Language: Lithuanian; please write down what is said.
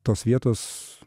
tos vietos